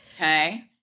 Okay